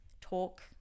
talk